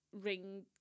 ring